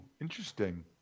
interesting